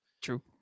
True